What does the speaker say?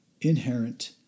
inherent